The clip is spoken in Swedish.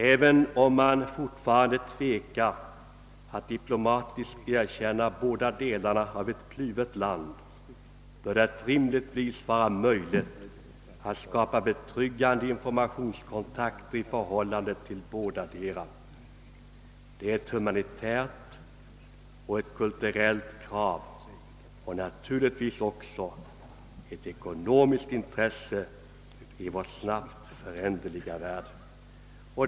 även om man fortfarande tvekar att diplomatiskt erkänna båda delarna av ett kluvet land, bör det rimligtvis vara möjligt att skapa betryggande informationskontakter i förhållande till bådadera. Det är ett humanitärt och kulturellt krav och naturligtvis också ett ekonomiskt intresse i vår snabbt föränderliga värld.